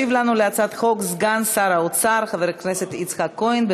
ישיב על הצעת החוק סגן שר האוצר חבר הכנסת יצחק כהן.